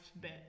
bit